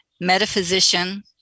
metaphysician